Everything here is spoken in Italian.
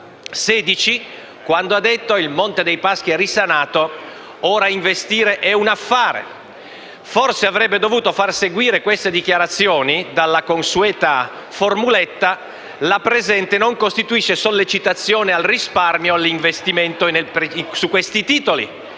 22 gennaio 2016: il Monte dei Paschi è risanato, ora investire è un affare. Forse avrebbe dovuto far seguire queste dichiarazioni dalla consueta formuletta: "la presente non costituisce sollecitazione al risparmio o all'investimento su questi titoli".